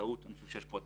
הוא הבסיס של